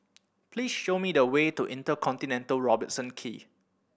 please show me the way to InterContinental Robertson Quay